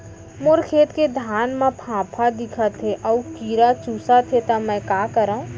मोर खेत के धान मा फ़ांफां दिखत हे अऊ कीरा चुसत हे मैं का करंव?